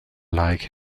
like